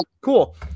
cool